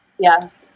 Yes